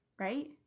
right